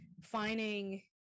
finding